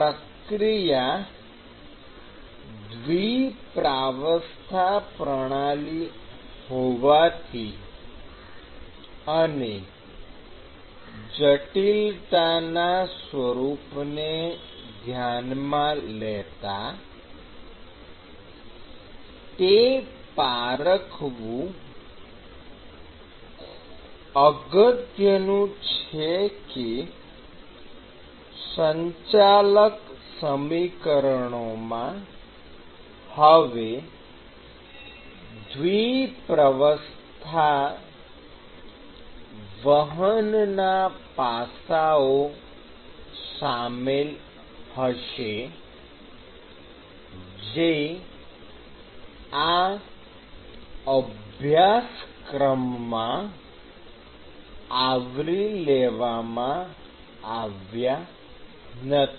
પ્રક્રિયા દ્વિ પ્રાવસ્થા પ્રણાલી હોવાથી અને જટિલતા ના સ્વરૂપને ધ્યાનમાં લેતા તે પારખવું અગત્યનું છે કે સંચાલક સમીકરણોમાં હવે દ્વિ પ્રાવસ્થા વહનના પાસાઓ શામેલ હશે જે આ અભ્યાસક્રમમાં આવરી લેવામાં આવ્યા નથી